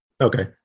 Okay